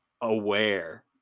aware